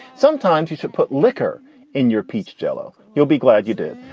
sometimes you should put liquor in your peach jello. you'll be glad you did.